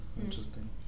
interesting